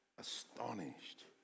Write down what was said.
astonished